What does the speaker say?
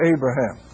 Abraham